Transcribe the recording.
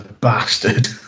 bastard